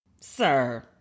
Sir